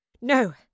No